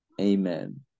Amen